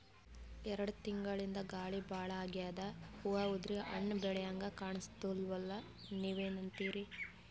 ಎರೆಡ್ ತಿಂಗಳಿಂದ ಗಾಳಿ ಭಾಳ ಆಗ್ಯಾದ, ಹೂವ ಉದ್ರಿ ಹಣ್ಣ ಬೆಳಿಹಂಗ ಕಾಣಸ್ವಲ್ತು, ನೀವೆನಂತಿರಿ?